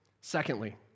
Secondly